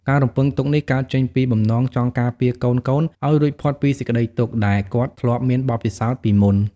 ការរំពឹងទុកនេះកើតចេញពីបំណងចង់ការពារកូនៗឲ្យរួចផុតពីសេចក្តីទុក្ខ ដែលគាត់ធ្លាប់មានបទពិសោធន៍ពីមុន។